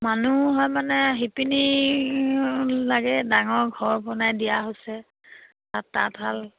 মানুহ হয় মানে শিপিনী লাগে ডাঙৰ ঘৰ বনাই দিয়া হৈছে তাত তাঁতশাল